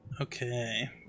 Okay